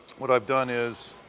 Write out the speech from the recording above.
what i've done is,